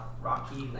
rocky